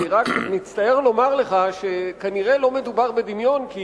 אני רק מצטער לומר לך שכנראה לא מדובר בדמיון כי